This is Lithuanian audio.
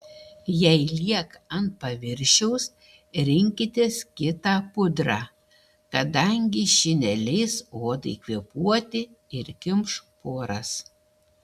jei lieka ant paviršiaus rinkitės kitą pudrą kadangi ši neleis odai kvėpuoti ir kimš poras